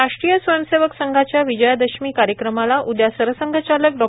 राष्ट्रीय स्वयंसेवक संघाच्या विजयादशमी कार्यक्रमाला उदया सरसंघंचालक डॉ